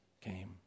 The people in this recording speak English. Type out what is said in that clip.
came